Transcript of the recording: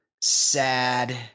sad